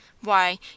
Why